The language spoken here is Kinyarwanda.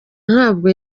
ntabwo